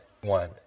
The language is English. One